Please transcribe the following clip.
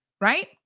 right